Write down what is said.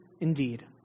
indeed